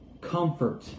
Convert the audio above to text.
comfort